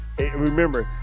remember